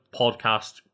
podcast